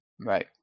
Right